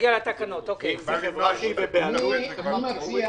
אני מציע,